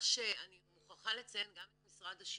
ואז הם מכניסים להם את זה בדרך אחרת.